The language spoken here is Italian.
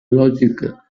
logica